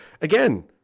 Again